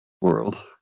world